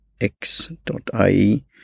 x.ie